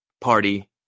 party